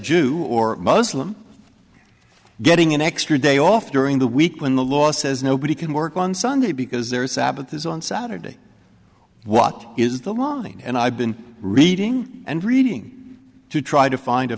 jew or muslim getting an extra day off during the week when the law says nobody can work on sunday because there's sabbath is on saturday what is the law and i've been reading and reading to try to find a